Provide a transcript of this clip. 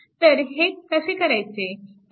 तर हे कसे करायचे